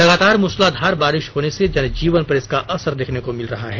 लगातार मूसलाधार बारिश होने का जन जीवन पर इसका असर देखने को मिल रहा है